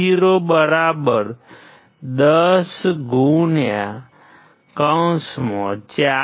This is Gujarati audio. Vo1020V છે